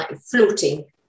floating